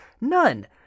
None